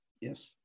Yes